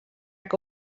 que